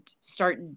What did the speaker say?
start